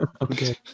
Okay